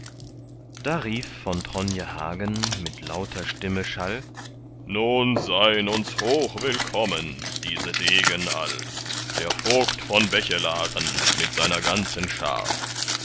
da rief von tronje hagen mit lauter stimme schall nun sei'n uns hochwillkommen diese degen all der vogt von bechelaren mit seiner ganzen schar